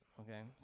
okay